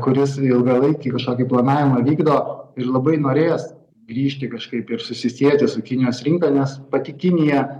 kuris ilgalaikį kažkokį planavimą vykdo ir labai norės grįžti kažkaip ir susisieti su kinijos rinka nes pati kinija